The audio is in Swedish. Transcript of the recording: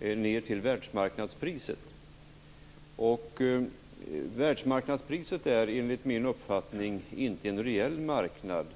ned till världsmarknadspriset. Världsmarknadspriset är inte, enligt min uppfattning, en reell marknad.